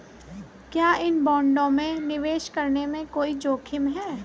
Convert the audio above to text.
क्या इन बॉन्डों में निवेश करने में कोई जोखिम है?